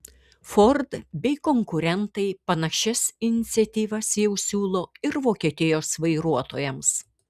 ford bei konkurentai panašias iniciatyvas jau siūlo ir vokietijos vairuotojams